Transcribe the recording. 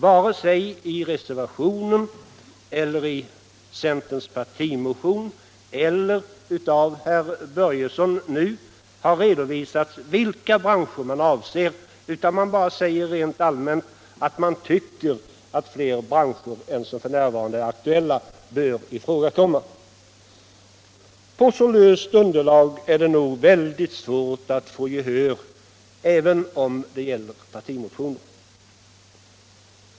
Varken i reservationen eller i centerns partimotion eller av herr Börjesson nu har redovisats vilka branscher man avser, utan man bara säger rent allmänt att man tycker att fler branscher än som f. n. är aktuella bör komma i fråga. På så löst underlag är det nog väldigt svårt att få gehör, även om det gäller partimotioner.